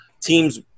Teams